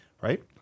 Right